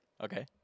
Okay